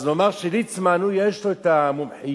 אז נאמר שליצמן יש לו את המומחיות.